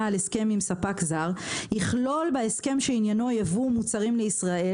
על הסכם עם ספק זר יכלול בהסכם שעניינו ייבוא מוצרים לישראל,